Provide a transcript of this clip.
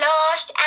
Lost